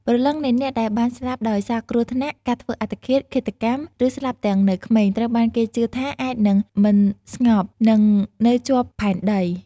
ព្រលឹងនៃអ្នកដែលបានស្លាប់ដោយសារគ្រោះថ្នាក់ ការធ្វើអត្តឃាត ឃាតកម្ម ឬស្លាប់ទាំងនៅក្មេង ត្រូវបានគេជឿថាអាចនឹងមិនស្ងប់ និងនៅជាប់ផែនដី។